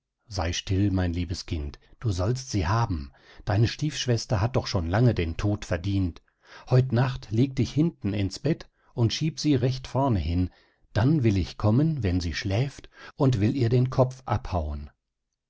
sey still mein liebes kind du sollst sie haben deine stiefschwester hat doch schon lange den tod verdient heut nacht leg dich hinten ins bett und schieb sie recht vorne hin dann will ich kommen wenn sie schläft und will ihr den kopf abhauen